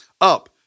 up